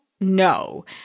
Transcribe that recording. No